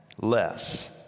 less